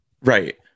right